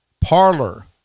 parlor